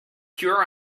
pure